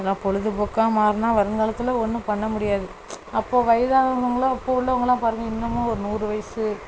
நல்லா பொழுதுபோக்கா மாறினா வருங்காலத்தில் ஒன்றும் பண்ண முடியாது அப்போ வயதாகும்ல இப்போ உள்ளவங்கெல்லாம் பாருங்கள் இன்னமும் ஒரு நூறு வயசு